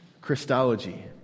Christology